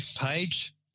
page